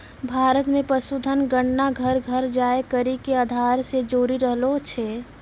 भारत मे पशुधन गणना घर घर जाय करि के आधार से जोरी रहलो छै